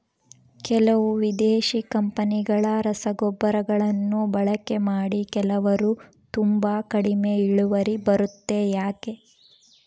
ಕೆಲವು ವಿದೇಶಿ ಕಂಪನಿಗಳ ರಸಗೊಬ್ಬರಗಳನ್ನು ಬಳಕೆ ಮಾಡಿ ಕೆಲವರು ತುಂಬಾ ಕಡಿಮೆ ಇಳುವರಿ ಬರುತ್ತೆ ಯಾಕೆ?